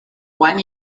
one